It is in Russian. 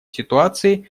ситуаций